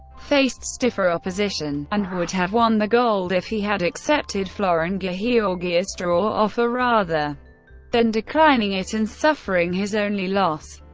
faced stiffer opposition, and would have won the gold if he had accepted florin gheorghiu's draw offer, rather than declining it and suffering his only loss.